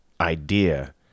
idea